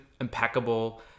impeccable